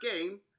game